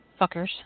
Fuckers